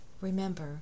Remember